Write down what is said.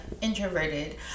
introverted